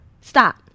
stop